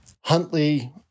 Huntley